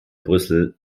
brüssel